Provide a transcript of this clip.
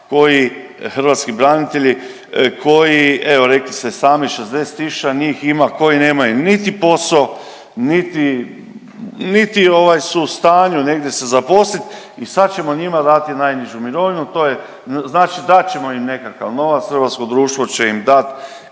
koji hrvatski branitelji, koji, evo rekli ste sami, 60 tisuća njih ima koji nemaju niti posao niti ovaj su u stanju negdje se zaposliti i sad ćemo njima dati najnižu mirovinu, to je, znači dat ćemo im nekakav novac, hrvatsko društvo će im dati